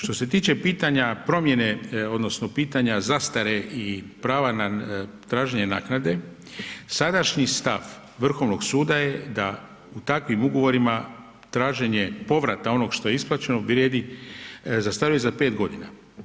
Što se tiče pitanja promjene odnosno pitanja zastare i prava na traženje naknade sadašnji stav Vrhovnog suda je da u takvim ugovorima traženje povrata onog što je isplaćeno vrijedi, zastaruje za 5 godina.